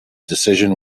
decision